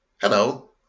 Hello